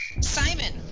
Simon